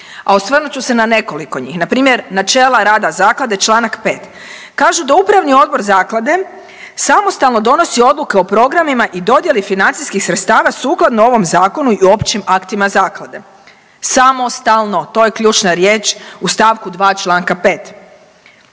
a osvrnut ću se na nekoliko njih. Npr. načela rada zaklade Članak 5., kažu da upravni odbor zaklade samostalno donosi odluke o programima i dodjeli financijskih sredstava sukladno ovom zakonu i općim aktima zaklade. Samostalno, to je ključna riječ u stavku 2. Članka 5.